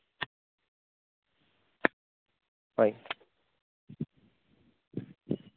হয়